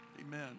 Amen